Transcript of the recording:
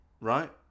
right